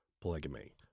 polygamy